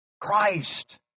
Christ